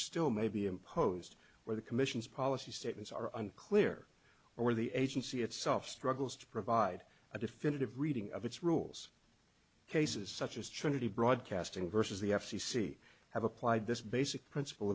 still may be imposed where the commission's policy statements are unclear or the agency itself struggles to provide a definitive reading of its rules cases such as trinity broadcasting versus the f c c have applied this basic principle